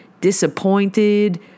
disappointed